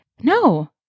no